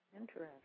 Interesting